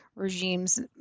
Regimes